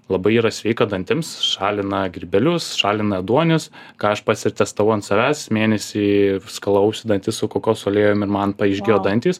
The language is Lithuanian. labai yra sveika dantims šalina grybelius šalina ėduonis ką aš pats ir testavau ant savęs mėnesį skalavausi dantis su kokosų aliejum ir man pa išgijo dantys